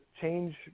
change